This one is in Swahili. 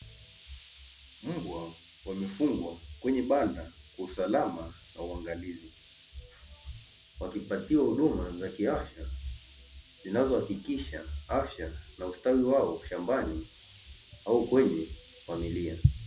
Mbwa wamefungwa kwenye banda usalama na uangalizi, wakipatiwa huduma za kiafya, zinazohakikisha afya na ustawi wao shambani, au kwenye familia.